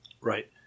Right